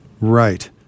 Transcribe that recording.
Right